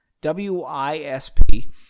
W-I-S-P